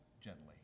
Gently